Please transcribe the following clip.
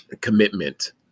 commitment